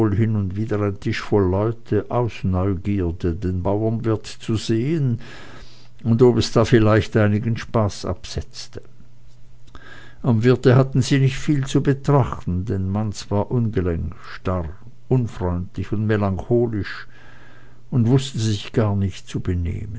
hin und wieder ein tisch voll leute aus neugierde den bauernwirt zu sehen und ob es da vielleicht einigen spaß absetzte am wirt hatten sie nicht viel zu betrachten denn manz war ungelenk starr unfreundlich und melancholisch und wußte sich gar nicht zu benehmen